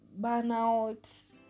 burnout